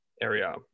area